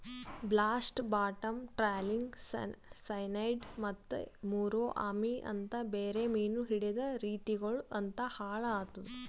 blast, bottom trawling, cyanide ಮತ್ತ ಮುರೋ ಅಮಿ ಅಂತ್ ಬೇರೆ ಮೀನು ಹಿಡೆದ್ ರೀತಿಗೊಳು ಲಿಂತ್ ಹಾಳ್ ಆತುದ್